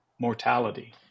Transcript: mortality